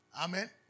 Amen